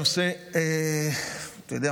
אתה יודע,